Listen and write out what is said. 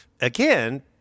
again